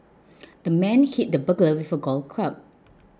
the man hit the burglar with a golf club